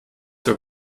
zur